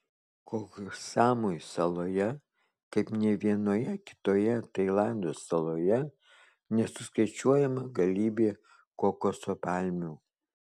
koh samui saloje kaip nė vienoje kitoje tailando saloje nesuskaičiuojama galybė kokoso palmių